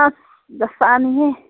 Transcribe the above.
ꯑꯁ ꯖꯄꯥꯟꯅꯤꯍꯦ